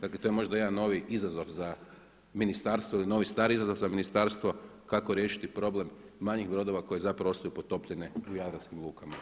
Dakle to je možda jedan novi izazov za ministarstvo ili novi-stari izazov za ministarstvo kako riješiti problem manjih brodova koji zapravo ostaju potopljeni u jadranskim lukama.